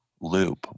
loop